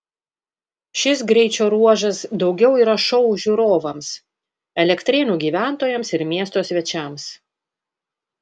šis greičio ruožas daugiau yra šou žiūrovams elektrėnų gyventojams ir miesto svečiams